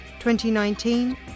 2019